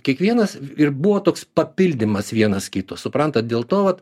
kiekvienas ir buvo toks papildymas vienas kito suprantat dėl to vat